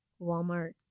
Walmart